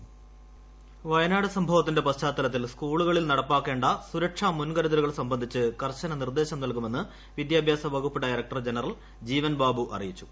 E Wayanad സംഭവത്തിന്റെ പശ്ചാത്തലത്തിൽ സ്കൂളുകളിൽ നടപ്പാക്കേണ്ട സുരക്ഷാ മുൻകരുതലുകൾ സംബന്ധിച്ച് കർശന നിർദ്ദേശം നൽകുമെന്ന് വിദ്യാഭ്യാസ വകുപ്പ് ഡയറക്ടർ ജനറൽ ജീവൻ ബാബു അറിയിച്ചു